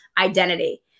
identity